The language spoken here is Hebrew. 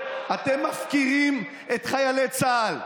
אתם מפקירים את חיילי צה"ל,